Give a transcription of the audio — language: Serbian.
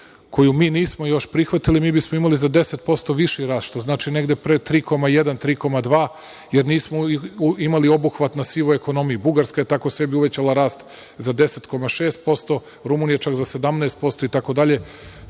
koju mi još nismo prihvatili, mi bismo imali za deset posto viši rast, što znači 3,1 ili 3,2 jer nismo imali obuhvat na sivoj ekonomiji. Bugarska je tako sebi uvećala rast za 10,6% , Rumunija čak za 17% i